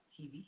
TV